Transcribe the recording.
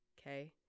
okay